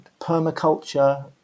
permaculture